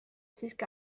siiski